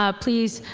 ah please